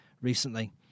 recently